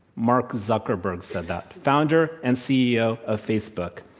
mark zuckerberg said that. founder and ceo of facebook.